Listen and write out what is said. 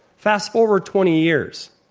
fast-forward twenty years,